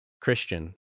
Christian